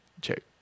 Check